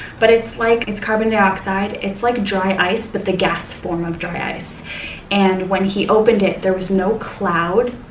but it's like it's carbon dioxide, like dry ice, but the gas form of dry ice and when he opened it there was no cloud,